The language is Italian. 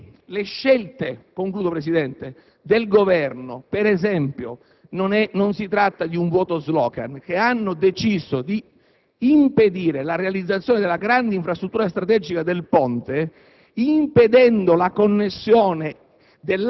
Presidente. Le scelte del Governo - non si tratta di un vuoto *slogan* - che hanno deciso di impedire la realizzazione della grande infrastruttura strategica del Ponte, impedendo la connessione